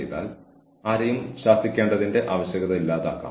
അതിനാൽ വീണ്ടും ഇത് രാജ്യത്തെ നിയമത്തെ ആശ്രയിച്ചിരിക്കുന്നു